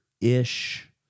ish